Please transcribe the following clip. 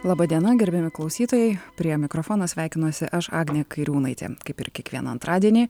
laba diena gerbiami klausytojai prie mikrofono sveikinuosi aš agnė kairiūnaitė kaip ir kiekvieną antradienį